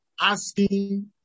asking